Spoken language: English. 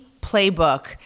playbook